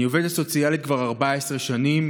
אני עובדת סוציאלית כבר 14 שנים,